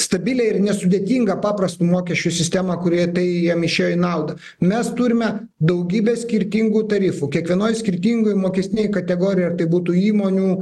stabilią ir nesudėtingą paprastų mokesčių sistemą kuri tai jiem išėjo į naudą mes turime daugybę skirtingų tarifų kiekvienoj skirtingoj mokestinėj kategorijoj ar tai būtų įmonių